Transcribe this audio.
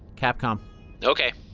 capcom okay.